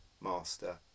master